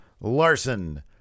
Larson